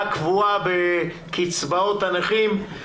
הקבועה בקצבאות הנכים שהוא מורה עליה.